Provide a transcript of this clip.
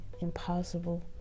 impossible